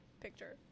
picture